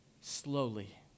slowly